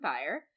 Fire